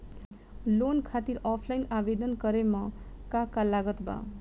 Loan खातिर offline आवेदन करे म का का लागत बा?